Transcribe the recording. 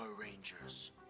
Rangers